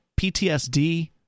PTSD